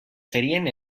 serien